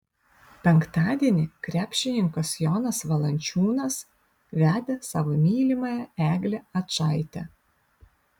penktadienį krepšininkas jonas valančiūnas vedė savo mylimąją eglę ačaitę